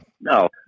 No